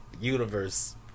Universe